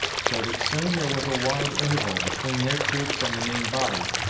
so that soon there was a wide interval between their troops and the main body,